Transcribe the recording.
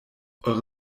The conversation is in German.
eure